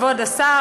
כבוד השר,